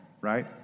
right